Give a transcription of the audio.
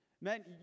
Man